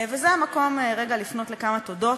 זה המקום לפנות לכמה תודות,